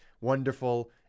wonderful